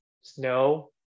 snow